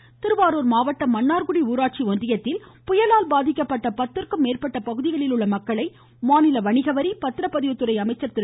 வீரமணி திருவாரூர் மாவட்டம் மன்னார்குடி ஊராட்சி ஒன்றியத்தில் புயலால் பாதிக்கப்பட்ட பத்துக்கும் மேற்பட்ட பகுதிகளில் உள்ள மக்களை மாநில வணிகவரி மற்றும் பத்திர பதிவு துறை அமைச்சர் திரு